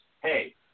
hey